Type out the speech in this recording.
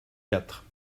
quatre